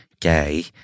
gay